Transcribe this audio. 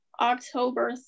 October